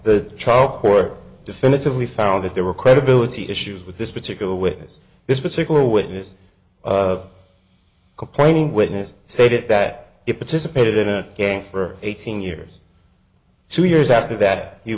court definitively found that there were credibility issues with this particular witness this particular witness complaining witness stated that it participated in a game for eighteen years two years after that he